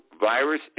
virus